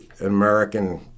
American